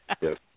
Yes